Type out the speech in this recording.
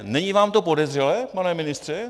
Není vám to podezřelé, pane ministře?